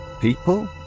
People